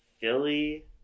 Philly